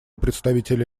представителя